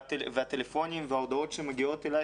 והטלפונים וההודעות שמגיעות אלי,